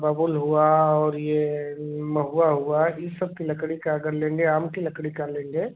बबूल हुआ और यह महुआ हुआ यह सब की लकड़ी का अगर लेंगे आम की लकड़ी का लेंगे